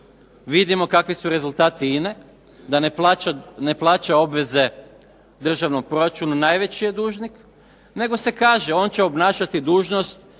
Vidimo kakvi su rezultati INA-e da ne plaća obveze državnom proračunu, najveći je dužnik nego se kaže on će obnašati dužnost